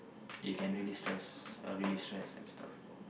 it can relieve stress uh relieve stress and stuff